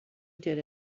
did